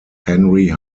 henry